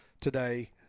today